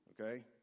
okay